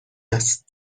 است